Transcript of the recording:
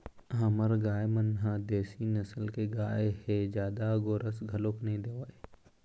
हमर गाय मन ह देशी नसल के गाय हे जादा गोरस घलोक नइ देवय